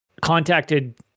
contacted